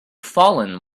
fallen